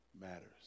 matters